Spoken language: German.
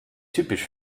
typisch